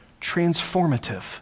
transformative